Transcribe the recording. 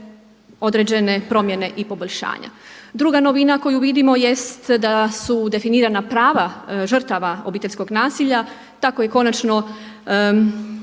određene promjene i poboljšanja. Druga novina koju vidimo jest da su definirana prava žrtava obiteljskog nasilja. Tako je konačno